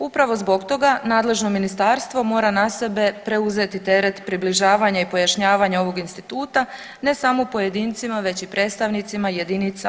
Upravo zbog toga nadležno ministarstvo mora na sebe preuzeti teret približavanja i pojašnjavanja ovog instituta ne samo pojedincima već i predstavnicima JLS.